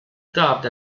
dubbed